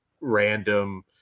random